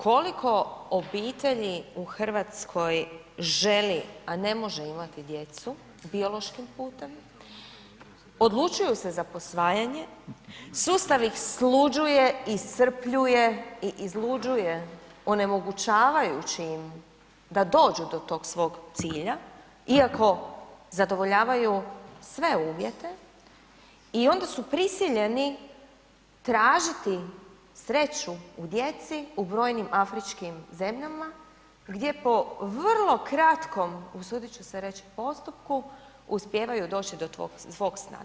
Koliko obitelji u Hrvatskoj želi, a ne može imati djecu biološkim putem, odlučuju se za posvajanje, sustav ih sluđuje, iscrpljuje i izluđuje onemogućavajući im da dođu do tog svog cilja iako zadovoljavaju sve uvjete i onda su prisiljeni tražiti sreću u djeci u brojnim Afričkim zemljama gdje po vrlo kratkom usudit ću se reći postupku uspijevaju doći do svog sna.